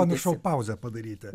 pamiršau pauzę padaryti